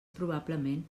probablement